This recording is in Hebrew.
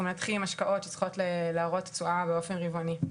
מנתחים השקעות שצריכות להראות תשואה באופן רבעוני.